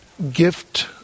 gift